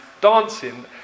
dancing